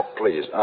please